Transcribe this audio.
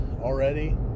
already